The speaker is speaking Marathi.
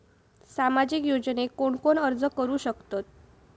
सामाजिक योजनेक कोण कोण अर्ज करू शकतत?